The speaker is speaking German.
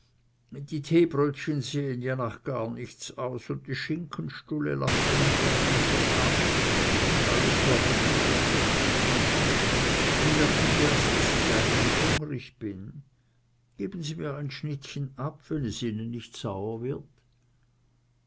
die teebrötchen sehen ja nach gar nichts aus und die schinkenstulle lacht einen ordentlich an und alles schon so appetitlich durchgeschnitten nun merk ich erst daß ich eigentlich hungrig bin geben sie mir ein schnittchen ab wenn es ihnen nicht sauer wird